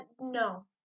no